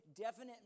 definite